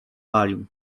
palił